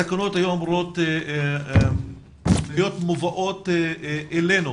התקנות היו אמורות להיות מובאות אלינו,